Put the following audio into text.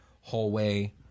hallway